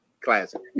classic